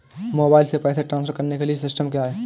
Mobile से पैसे transfer करने के लिए सिस्टम क्या है?